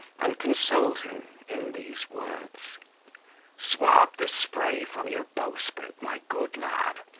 and consoled him in these words swab the spray from your bowsprit, my good lad,